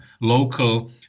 local